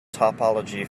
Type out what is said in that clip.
topology